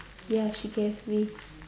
ya she gave me